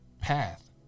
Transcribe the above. path